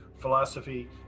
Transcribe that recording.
philosophy